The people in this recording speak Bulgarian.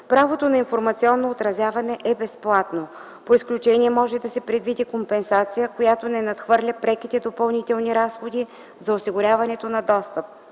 Правото на информационно отразяване е безплатно. По изключение може да се предвиди компенсация, която не надхвърля преките допълнителни разходи за осигуряването на достъп.